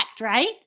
Right